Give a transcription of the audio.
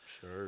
Sure